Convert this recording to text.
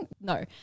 No